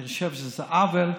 אני חושב שזה עוול.